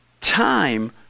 time